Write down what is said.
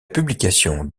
publication